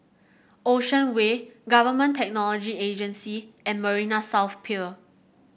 Ocean Way Government Technology Agency and Marina South Pier